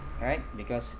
right because